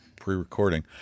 pre-recording